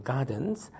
Gardens